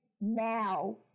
now